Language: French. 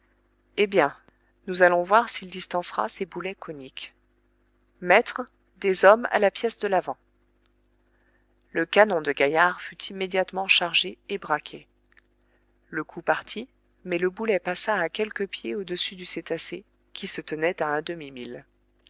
eh bien nous allons voir s'il distancera ses boulets coniques maître des hommes à la pièce de l'avant le canon de gaillard fut immédiatement chargé et braqué le coup partit mais le boulet passa à quelques pieds au-dessus du cétacé qui se tenait à un